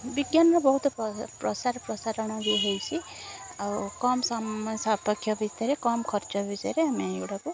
ବିଜ୍ଞାନର ବହୁତ ପ୍ରସାର ପ୍ରସାରଣ ବି ହୋଇଛି ଆଉ କମ ସମୟ ସପକ୍ଷ ଭିତରେ କମ ଖର୍ଚ୍ଚ ଭିତରେ ଆମେ ଏଗୁଡ଼ାକୁ